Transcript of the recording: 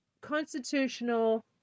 constitutional